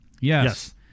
Yes